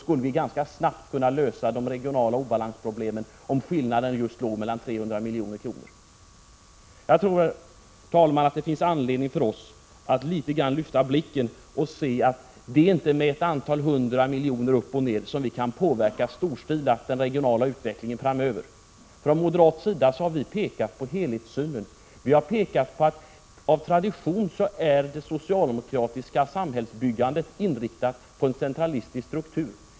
Om det bara gällde just 300 milj.kr., då skulle vi ganska snabbt kunna lösa de regionala obalansproblemen. Jag tror, herr talman, att det finns anledning för oss att lyfta blicken litet grand och se att det inte enbart är med ett antal miljoner uppåt eller nedåt i anslag som vi storstilat kan påverka den regionala utvecklingen framöver. Från moderat sida har vi pekat på helhetssynen. Vi har pekat på att det socialdemokratiska samhällsbyggandet av tradition är inriktat på en centralistisk struktur.